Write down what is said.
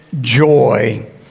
joy